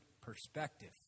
Perspective